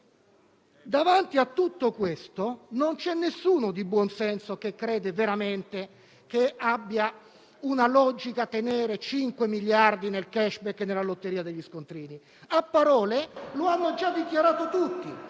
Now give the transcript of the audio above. Davanti a tutto questo non c'è nessuno di buon senso che crede veramente che abbia una logica tenere 5 miliardi nel *cashback* e nella lotteria degli scontrini. A parole lo hanno già dichiarato tutti.